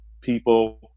people